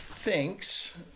thinks